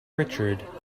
richard